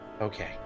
okay